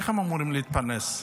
איך הם אמורים להתפרנס?